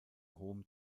hohem